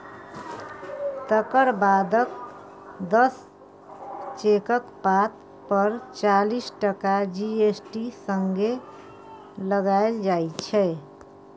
तकर बादक दस चेकक पात पर चालीस टका जी.एस.टी संगे लगाएल जाइ छै